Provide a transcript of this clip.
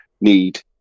need